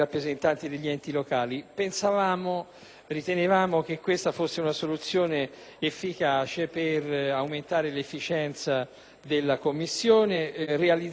Ritenevamo che questa fosse una soluzione efficace per aumentare l'efficienza della Commissione e realizzare minori sprechi.